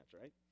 right